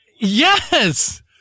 Yes